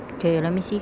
okay you let me see